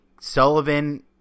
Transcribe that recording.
sullivan